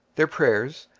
their prayers,